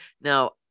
Now